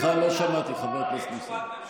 הביאה ביטחון,